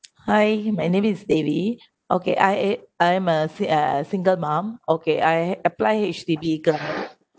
hi my name is Devi okay I eh I'm sin~ a single mum okay I apply H_D_B